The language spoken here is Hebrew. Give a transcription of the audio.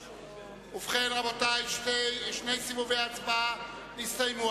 ובכן, רבותי, שני סיבובי הצבעה הסתיימו.